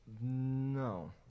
No